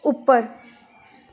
ਉੱਪਰ